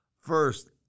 First